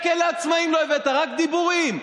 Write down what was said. רק דיבורים.